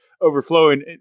overflowing